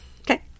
okay